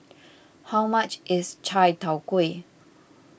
how much is Chai Tow Kway